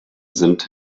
sind